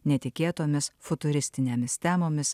netikėtomis futuristinėmis temomis